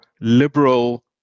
liberal